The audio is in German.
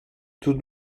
tut